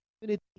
community